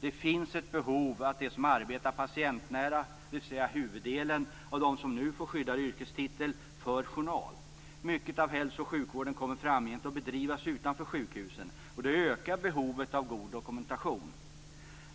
Det finns ett behov av att de som arbetar patientnära, dvs. Mycket av hälso och sjukvården kommer framgent att bedrivas utanför sjukhusen, och det ökar behovet av god dokumentation.